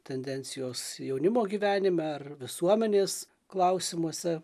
tendencijos jaunimo gyvenime ar visuomenės klausimuose